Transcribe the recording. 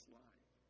life